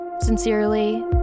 Sincerely